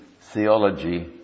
theology